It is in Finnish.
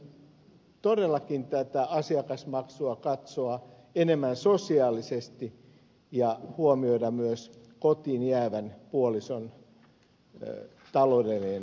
pitäisi todellakin tätä asiakasmaksua katsoa enemmän sosiaalisesti ja huomioida myös kotiin jäävän puolison taloudellinen asema paremmin